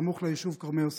סמוך ליישוב כרמי יוסף.